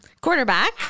Quarterback